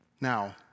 Now